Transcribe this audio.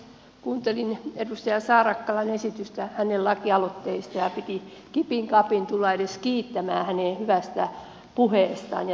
kuuntelin edustaja saarakkalan esitystä hänen lakialoitteestaan ja piti kipin kapin tulla edes kiittämään hänen hyvästä puheestaan ja työstään